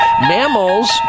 mammals